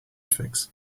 fix